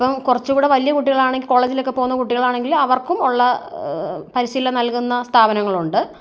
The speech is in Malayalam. ഇപ്പം കുറച്ചുകൂടി വലിയ കുട്ടികളാണെങ്കിൽ കോളേജിലൊക്കെ പോകുന്ന കുട്ടികളാണെങ്കിൽ അവർക്കും ഉള്ള പരിശീലനം നൽകുന്ന സ്ഥാപനങ്ങളുണ്ട്